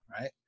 right